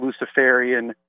Luciferian